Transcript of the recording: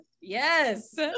Yes